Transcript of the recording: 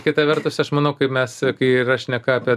kita vertus aš manau kai mes kai yra šneka apie